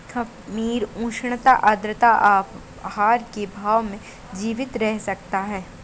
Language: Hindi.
खमीर उष्णता आद्रता और आहार के अभाव में जीवित रह सकता है